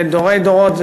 דורי דורות,